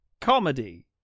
comedy